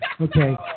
Okay